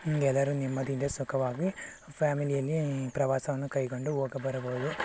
ಎಲ್ಲರೂ ನೆಮ್ಮದಿಯಿಂದ ಸುಖವಾಗಿ ಫ್ಯಾಮಿಲಿಯಲ್ಲಿ ಪ್ರವಾಸವನ್ನು ಕೈಗೊಂಡು ಹೋಗಿಬರಬಹುದು